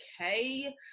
okay